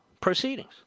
proceedings